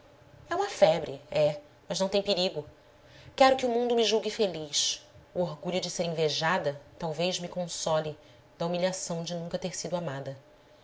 é uma febre é mas não tem perigo quero que o mundo me julgue feliz o orgulho de ser invejada talvez me console da humilhação de nunca ter sido amada